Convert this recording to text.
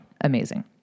Amazing